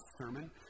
sermon